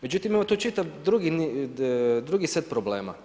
Međutim, imamo tu čitav drugi set problema.